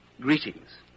greetings